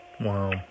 Wow